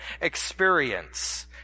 experience